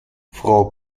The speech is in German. frau